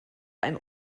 ein